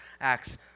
Acts